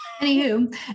Anywho